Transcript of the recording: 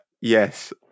Yes